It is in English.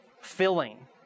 filling